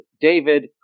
David